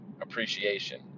appreciation